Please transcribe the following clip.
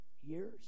years